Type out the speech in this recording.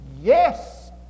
Yes